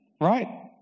Right